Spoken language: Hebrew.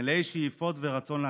מלאי שאיפות ורצון להצליח.